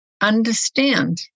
understand